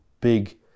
big